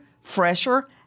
fresher